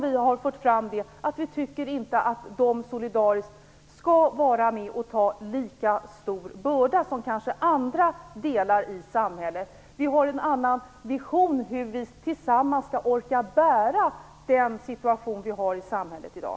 Vi har fört fram att vi inte tycker att dessa institutioner solidariskt skall vara med och ta lika stor börda som andra delar i samhället. Vi har en annan vision om hur vi tillsammans skall orka bära den situation vi har i samhället i dag.